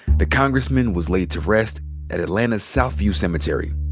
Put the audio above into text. the congressman was laid to rest at atlanta's south-view cemetery.